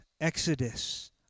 Exodus